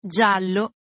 giallo